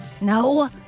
No